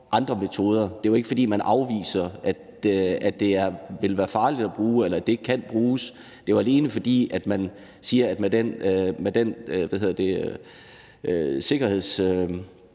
andre metoder. Det er jo ikke, fordi man afviser det med, at det vil være farligt at bruge, eller at det ikke kan bruges; det er alene, fordi man siger, at med den sikkerhedstilgang,